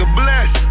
bless